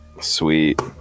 Sweet